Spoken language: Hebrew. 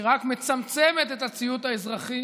שרק מצמצמת את הציות האזרחי